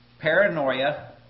paranoia